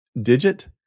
digit